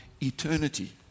eternity